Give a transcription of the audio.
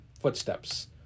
footsteps